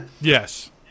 Yes